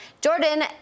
Jordan